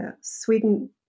Sweden